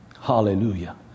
Hallelujah